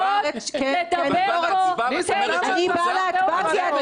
לא היית בישיבה ואת באה להצבעה.